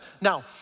Now